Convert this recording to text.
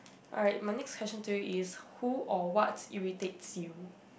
alright my next question to you is who or what irritates you